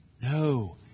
No